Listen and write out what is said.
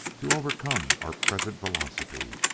to overcome our present velocity